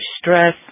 stress